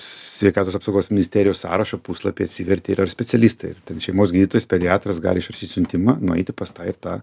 sveikatos apsaugos ministerijos sąrašą puslapį atsivertei ir ar specialistai ar ten šeimos gydytojas pediatras gali išrašyt siuntimą nueiti pas tą ir tą